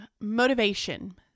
motivation